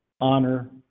honor